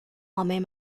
homem